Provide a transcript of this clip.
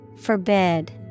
Forbid